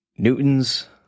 Newton's